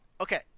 Okay